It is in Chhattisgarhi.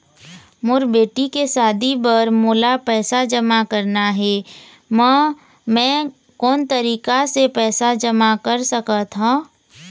मोर बेटी के शादी बर मोला पैसा जमा करना हे, म मैं कोन तरीका से पैसा जमा कर सकत ह?